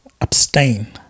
abstain